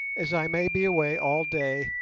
as i may be away all day,